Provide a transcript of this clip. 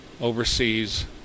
overseas